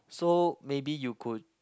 so maybe you could